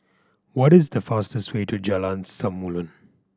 what is the fastest way to Jalan Samulun